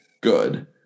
Good